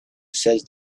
says